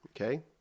Okay